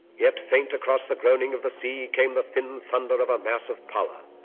yet faint across the groaning of the sea, came the thin thunder of a mass of power.